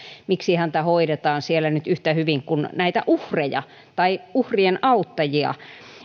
miksi häntä hoidetaan siellä nyt yhtä hyvin kuin näitä uhreja tai uhrien auttajia